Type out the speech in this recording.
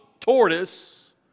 tortoise